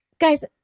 Guys